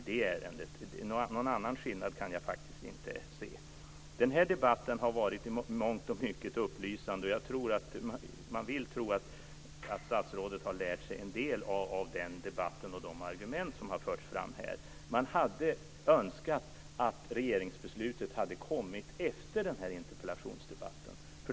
Någon annan skillnad kan jag faktiskt inte se. Den här debatten har i mångt och mycket varit upplysande, och jag vill tro att statsrådet har lärt sig en del av den debatt och de argument som har förts fram. Jag hade önskat att regeringsbeslutet hade kommit efter den här interpellationsdebatten.